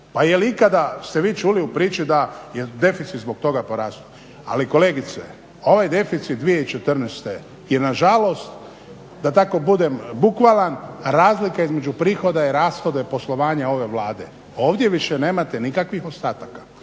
Pa jel ikada ste vi čuli u priči da je deficit zbog toga porastao. Ali kolegice ovaj deficit 2014.je nažalost da tako budem bukvalan razlika između prihoda i rashoda i poslovanja ove Vlade. Ovdje više nemate nikakvih ostataka,